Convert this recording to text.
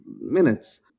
minutes